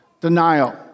denial